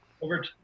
Over